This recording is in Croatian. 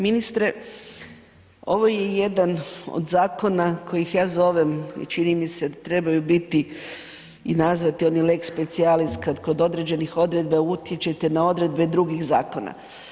Ministre, ovo je jedan od zakona kojih ja zovem i čini mi se da trebaju biti i nazvati oni lex specialis kad kod određenih odredbi utječete na odredbe drugih zakona.